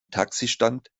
taxistand